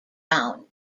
town